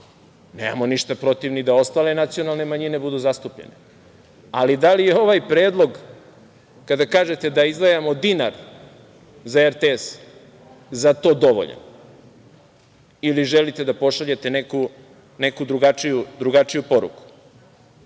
Nemamo ništa protiv ni da ostale nacionalne manjine budu zastupljene. Ali, da li je ovaj predlog, kada kažete da izdvajamo dinar za RTS, za to dovoljan? Ili želite da pošaljete neku drugačiju poruku?